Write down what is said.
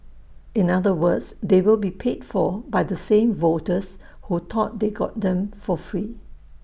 in other words they will be paid for by the same voters who thought they got them for free